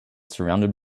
surrounded